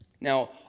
Now